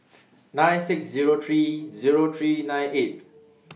nine six Zero three Zero three nine eight